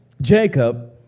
Jacob